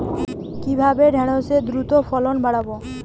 কিভাবে ঢেঁড়সের দ্রুত ফলন বাড়াব?